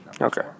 Okay